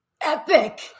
Epic